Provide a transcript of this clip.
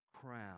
crown